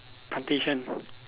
plantation